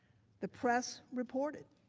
the press reported.